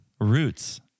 roots